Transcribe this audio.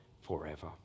forever